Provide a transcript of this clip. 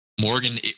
Morgan